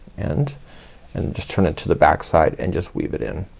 and and just turn it to the backside and just weave it in.